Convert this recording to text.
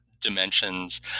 dimensions